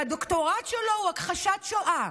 שהדוקטורט שלו הוא הכחשת שואה?